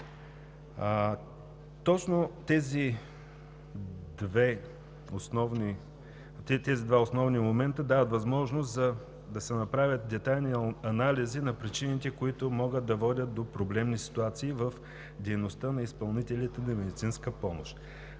Точно тези два основни момента дават възможност да се направят детайлни анализи на причините, които могат да водят до проблемни ситуации в дейността на изпълнителите на медицинска помощ,